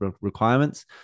requirements